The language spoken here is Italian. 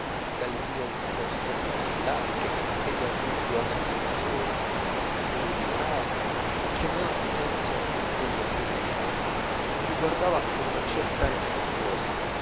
dalle mie risposte monosillabiche e dal mio sguardo fisso che io divorava che non al senso di quello che io dicevo e mi guardava con una cert'aria affettuosa